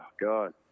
God